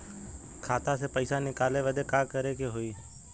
खाता से पैसा निकाले बदे का करे के होई?